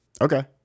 okay